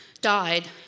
died